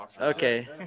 Okay